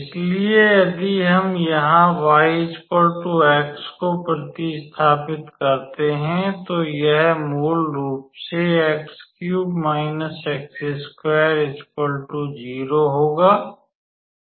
इसलिए यदि हम यहाँ 𝑦 𝑥 को प्रतिस्थापित करते हैं तो यह मूल रूप से होगा